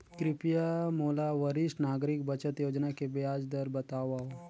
कृपया मोला वरिष्ठ नागरिक बचत योजना के ब्याज दर बतावव